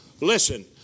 Listen